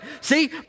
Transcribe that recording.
See